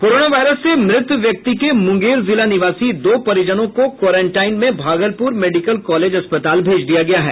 corona virus से मृत व्यक्ति के मुंगेर जिला निवासी दो परिजनों को क्वारेंटाइन में भागलपुर मेडिकल कॉलेज अस्पताल भेज दिया गया है